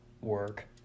work